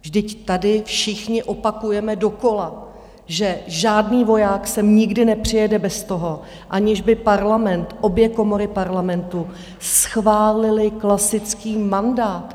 Vždyť tady všichni opakujeme dokola, že žádný voják sem nikdy nepřijede, aniž by Parlament, obě komory Parlamentu schválily klasický mandát.